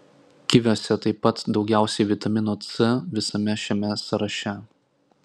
kiviuose taip pat daugiausiai vitamino c visame šiame sąraše